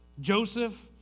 Joseph